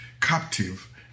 captive